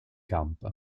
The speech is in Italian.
camp